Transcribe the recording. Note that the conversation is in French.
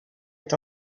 est